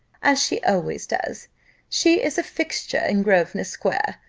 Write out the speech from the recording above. as she always does she is a fixture in grosvenor-square.